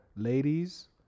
Ladies